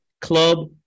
club